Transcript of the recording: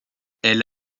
elle